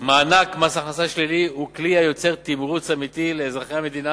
מענק מס הכנסה שלילי הוא כלי היוצר תמרוץ אמיתי לאזרחי המדינה